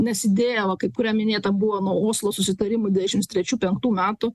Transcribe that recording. nes idėja va kaip kurią minėta buvo nuo oslo susitarimų devyniasdešims trečių penktų metų